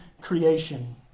creation